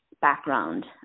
background